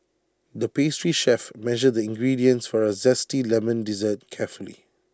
the pastry chef measured the ingredients for A Zesty Lemon Dessert carefully